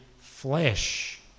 flesh